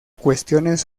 cuestiones